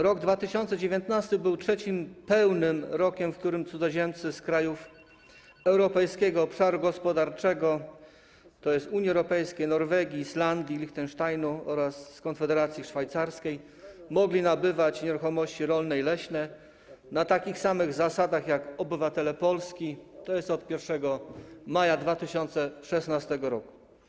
Rok 2019 był trzecim pełnym rokiem, w którym cudzoziemcy z krajów Europejskiego Obszaru Gospodarczego, tj. Unii Europejskiej, Norwegii, Islandii, Lichtensteinu oraz Konfederacji Szwajcarskiej, mogli nabywać nieruchomości rolne i leśne na takich samych zasadach jak obywatele Polski, tj. od 1 maja 2016 r.